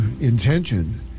intention